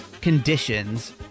conditions